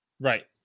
Right